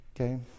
Okay